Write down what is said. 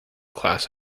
class